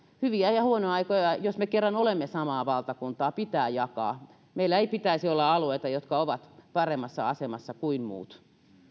hyviä ja huonoja aikoja jos me kerran olemme samaa valtakuntaa pitää jakaa meillä ei pitäisi olla alueita jotka ovat paremmassa asemassa kuin muut